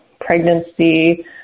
pregnancy